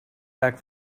back